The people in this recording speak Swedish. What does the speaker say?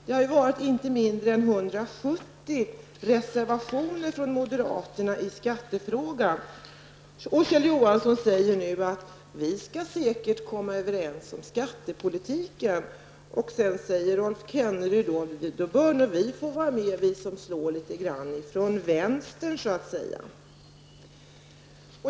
Det finns inte mindre än 170 reservationer från moderaterna i skattefrågan. Kjell Johansson säger nu att man säkert skall komma överens om skattepolitiken. Då säger Rolf Kenneryd att hans parti nog bör få vara med och slå litet grand från vänster.